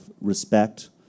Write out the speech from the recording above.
respect